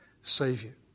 Savior